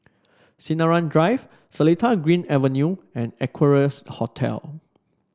Sinaran Drive Seletar Green Avenue and Equarius Hotel